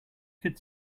could